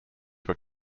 were